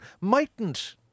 mightn't